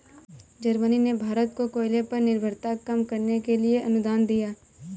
Germany ने भारत को कोयले पर निर्भरता कम करने के लिए अनुदान दिया